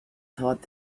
thought